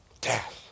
death